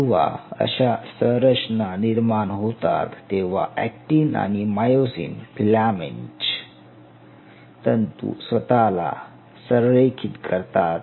जेव्हा अशा संरचना निर्माण होतात तेव्हा अॅक्टिन आणि मायोसिन फिलामेंट तंतू स्वत ला संरेखित करतात